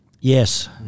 Yes